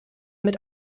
mit